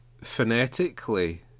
Phonetically